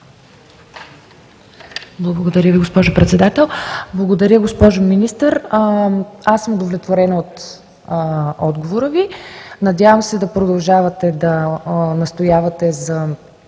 Благодаря Ви, госпожо Председател. Благодаря Ви, госпожо Министър. Удовлетворена съм от отговора Ви. Надявам се да продължавате да настоявате за